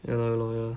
ya lor ya lor ya lor